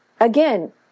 again